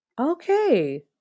Okay